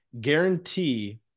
guarantee